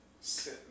sit